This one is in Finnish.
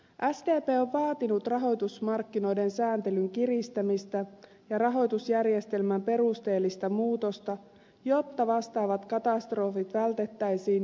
sdp on vaatinut rahoitusmarkkinoiden sääntelyn kiristämistä ja rahoitusjärjestelmän perusteellista muutosta jotta vastaavat katastrofit vältettäisiin jatkossa